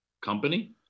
company